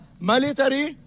military